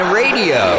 radio